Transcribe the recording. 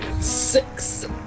Six